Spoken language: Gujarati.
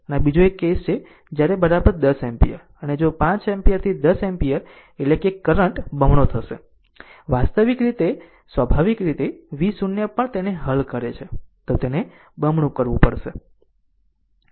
આમ આ બીજો એક કેસ છે જ્યારે 10 એમ્પીયર અને જો 5 એમ્પીયરથી 10 એમ્પીયર એટલે કે કરંટ બમણો થશે સ્વાભાવિક રીતે v0 પણ તેને હલ કરે છે તો તેને બમણું કરવું પડશે